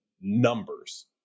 numbers